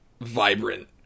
Vibrant